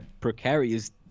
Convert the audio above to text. precarious